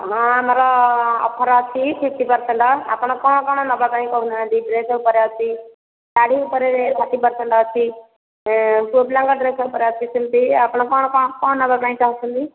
ହଁ ଆମର ଅଫର ଆସିଛି ସିକଷ୍ଟି ପରସେଣ୍ଟ ଆପଣ କ'ଣ କ'ଣ ନେବା ପାଇଁ କହୁନାହାନ୍ତି ଡ୍ରେସ ଉପରେ ଅଛି ଶାଢ଼ୀ ଉପରେ ଅଶି ପାରସେଣ୍ଟ ଆଛି ପୁଅ ପିଲାଙ୍କ ଡ୍ରେସ ଉପରେ ଅଛି ସେମିତି ଆପଣ କ'ଣ କ'ଣ କ'ଣ ନେବା ପାଇଁ ଚାହୁଁଛନ୍ତି